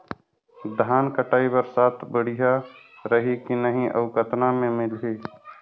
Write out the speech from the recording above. धान कटाई बर साथ बढ़िया रही की नहीं अउ कतना मे मिलही?